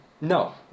no